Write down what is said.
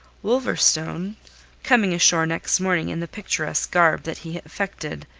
wolverstone coming ashore next morning in the picturesque garb that he affected,